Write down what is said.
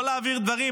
לא רוצים להעביר דברים.